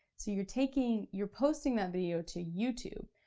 so you're taking, you're posting that video to youtube,